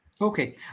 Okay